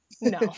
No